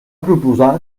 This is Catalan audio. proposar